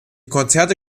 konzerte